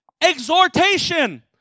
exhortation